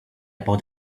about